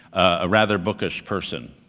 a rather bookish person.